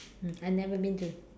I never been to